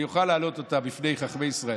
אני אוכל להעלות אותה בפני חכמי ישראל.